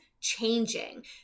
changing